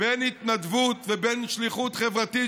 בין התנדבות ובין שליחות חברתית,